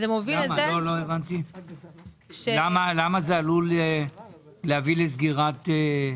למה זה עלול להביא לסגירת?